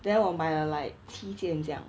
then 我买了 like 七件这样